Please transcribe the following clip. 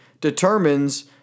determines